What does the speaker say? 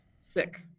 sick